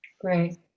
Great